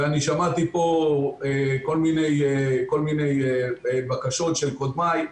ואני שמעתי פה כל מיני בקשות של קודמיי.